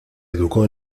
educó